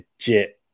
legit